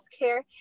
healthcare